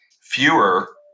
fewer